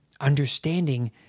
understanding